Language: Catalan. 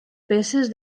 peces